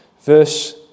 verse